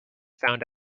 found